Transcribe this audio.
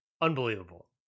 unbelievable